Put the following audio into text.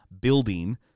building